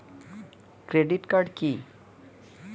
Credit card কি?